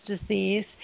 disease